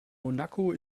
monaco